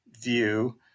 view